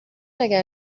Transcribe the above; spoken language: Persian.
اگر